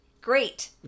Great